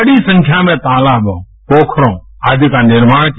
बड़ी संख्या में तालाबों पोखरों आदि का निर्माण किया